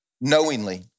knowingly